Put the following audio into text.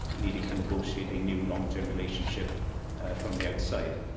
needing to negotiate a new, long-term relationship from the outside.